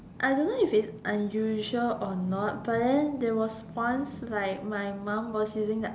I don't know if it's usually or not but then there was once like my mum was using the I